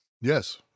Yes